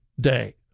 Day